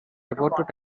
about